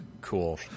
Cool